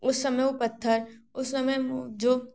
उस समय वो पत्थर उस समय जो